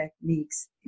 techniques